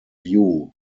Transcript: view